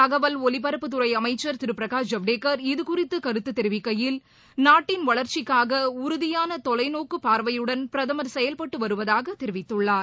தகவல் ஒலிபரப்புத்துறைஅமைச்சர் திருபிரகாஷ் ஜவ்டேக்கர் இதுகுறித்துகருத்துதெரிவிக்கையில் நாட்டின் வளர்ச்சிக்காகஉறுதியானதொலைநோக்குபார்வையுடன் பிரதமர் செயல்பட்டுவருவதாகதெரிவித்துள்ளார்